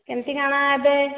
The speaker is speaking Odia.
କେମିତି କାଣା ଏବେ